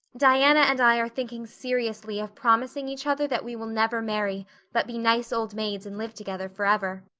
diana and i are thinking seriously of promising each other that we will never marry but be nice old maids and live together forever.